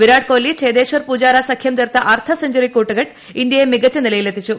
Virat Kohli Cheteshwar Pujara സഖ്യം തീർത്ത അർദ്ധ സെഞ്ചുറി കൂട്ടുകെട്ട് ഇന്ത്യയെ മികച്ച നിലയിലെത്തിച്ചു